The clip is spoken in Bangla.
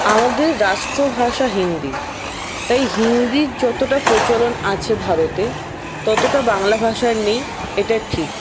আমাদের রাষ্ট্র ভাষা হিন্দি তাই হিন্দির যতটা প্রচলন আছে ভারতে ততটা বাংলা ভাষার নেই এটা ঠিক